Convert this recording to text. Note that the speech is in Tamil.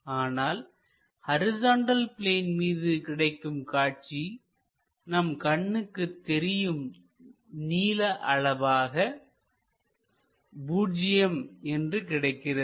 ஆனால் ஹரிசாண்டல் பிளேன் மீது கிடைக்கும் காட்சி நம் கண்ணுக்குத் தெரியும் நீள அளவாக பூஜ்ஜியம் என்று கிடைக்கிறது